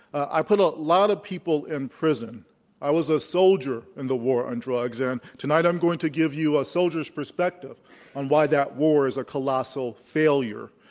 i put a lot of people in prison i was a soldier in the war on drugs, and tonight i'm going to give you a soldier's perspective on why that war is a colossal failure.